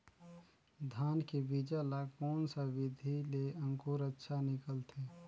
धान के बीजा ला कोन सा विधि ले अंकुर अच्छा निकलथे?